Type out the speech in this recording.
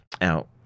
out